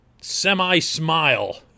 semi-smile